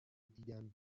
دیدن